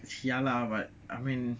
ya lah but I mean